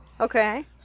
Okay